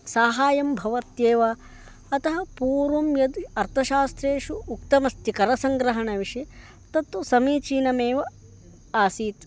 साहाय्यं भवत्येव अतः पूर्वं यद् अर्थशास्त्रेषु उक्तमस्ति करसङ्ग्रहणविषये तत्तु समीचीनमेव आसीत्